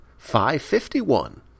551